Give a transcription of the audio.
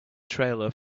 trailer